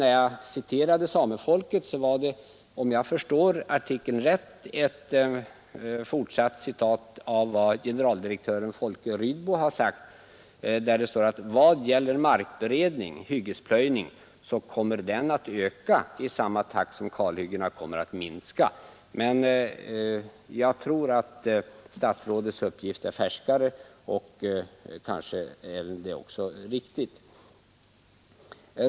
Vad jag citerade ur Samefolket var, om jag förstår artikeln rätt, fortsättningen av ett uttalande av generaldirektör Rydbo. Där står: ”Vad gäller markberedning, hyggesplöjning, så kommer den att öka i samma takt som kalhyggena kommer att minska.” Men jag tror att statsrådets uppgift är färskare, och den är kanske också rik tig.